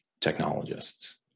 technologists